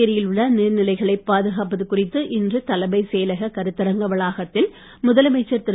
புதுச்சேரியில் உள்ள நீர்நிலைகளை பாதுகாப்பது குறித்து இன்று தலைமை செயலக கருத்தரங்க வளாகத்தில் முதலமைச்சர் திரு